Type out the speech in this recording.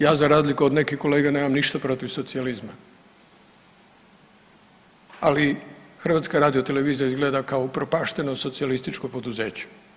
Ja za razliku od nekih kolega nemam ništa protiv socijalizma, ali HRT izgleda kao upropašteno socijalističko poduzeće.